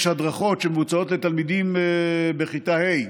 יש הדרכות שמבוצעות לתלמידים בכיתה ה'